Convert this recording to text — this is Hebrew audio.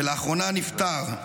ולאחרונה נפטר.